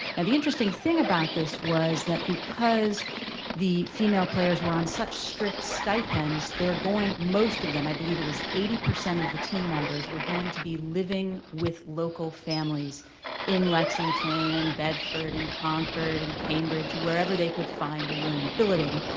and the interesting thing about this was that because the female players were on such strict stipends, they were going, most of them, i believe it was eighty percent of the team members, were going to be living with local families in lexington, in bedford, in concord, in cambridge, wherever they could find a room billeting